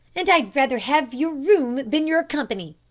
and i'd rather have your room than your company.